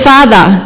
Father